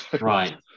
Right